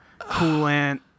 coolant